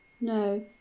no